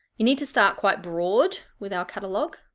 you need to start quite broad with our catalogue,